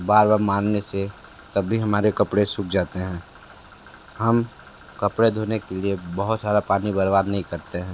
बार बार मरने से तभी हमारे कपड़े सूख जाते हैं हम कपड़े धोने के लिए बहुत सारा पानी बर्बाद नहीं करते हैं